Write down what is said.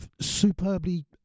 superbly